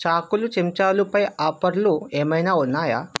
చాకులు చెంచాలు పై ఆపర్లు ఏమైనా ఉన్నాయా